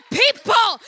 people